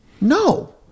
No